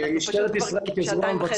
אנחנו בדיון הזה כבר שעתיים וחצי.